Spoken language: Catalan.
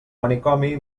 manicomi